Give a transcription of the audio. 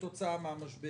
כתוצאה מן המשבר.